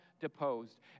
deposed